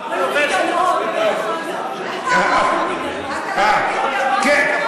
גם מנוולת אמרה, גם מנוולת אמרה.